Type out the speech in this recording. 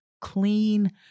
clean